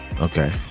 Okay